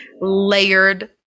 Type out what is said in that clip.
layered